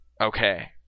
Okay